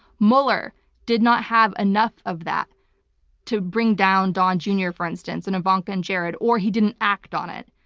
mueller did not have enough of that to bring down don jr. for instance, and ivanka and jared, or he didn't act on it.